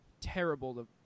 terrible